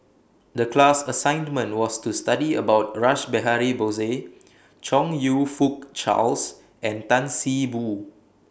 The class assignment was to study about Rash Behari Bose Chong YOU Fook Charles and Tan See Boo